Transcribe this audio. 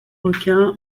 requin